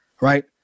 Right